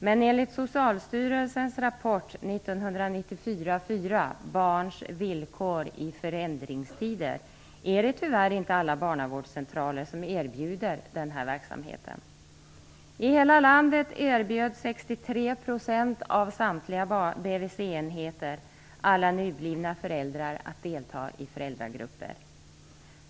Men enligt Socialstyrelsens rapport 1994:4 Barns villkor i förändringstider är det tyvärr inte alla barnavårdscentraler som erbjuder denna verksamhet. enheter alla nyblivna föräldrar att delta i föräldragrupper.